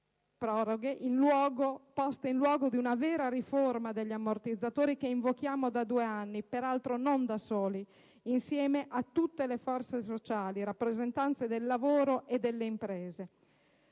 proroghe poste in luogo di una vera riforma degli ammortizzatori che invochiamo da due anni, peraltro non da soli, ma insieme a tutte le forze sociali delle rappresentanze del lavoro e delle imprese.